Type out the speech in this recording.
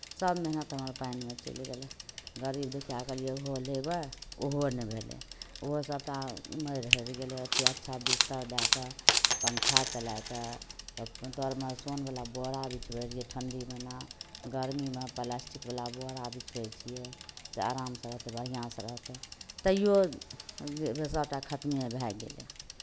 सभ मेहनत हमर पानिमे चलि गेलै गरीब दुखियाके लिए ओहो लेबै ओहो नहि भेलै ओहो सभटा मरि हरि गेलै ओतेक अच्छा बिस्तर दए कऽ पङ्खा चलाए कऽ तरमे सोनवला बोरा बिछबैत रहियै ठण्ढी महीना गर्मीमे प्लास्टिकवला बोरा बिछबै छियै से आरामसँ रहतै बढ़िआँसँ रहतै तैयो जे सभटा खतमे भए गेलै